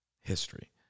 history